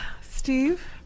Steve